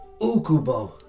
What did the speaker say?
Ukubo